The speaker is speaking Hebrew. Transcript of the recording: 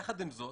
יחד עם זאת